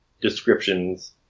descriptions